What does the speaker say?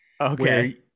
Okay